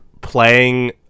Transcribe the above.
playing